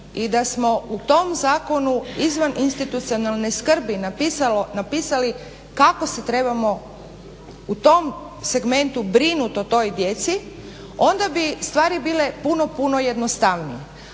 i da smo u tom zakonu izvan institucionalne skrbi napisali kako se trebamo u tom segmentu brinut o toj djeci, onda bi stvari bile puno, puno jednostavnije.